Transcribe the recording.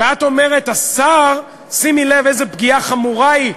ואת אומרת: השר, שימי לב איזו פגיעה חמורה זו,